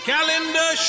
Calendar